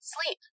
Sleep